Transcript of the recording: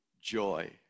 joy